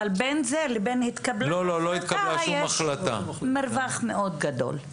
אבל בין זה לבין התקבלה, יש מרווח מאוד גדול.